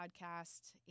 podcast